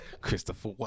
Christopher